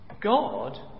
God